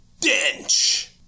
Dench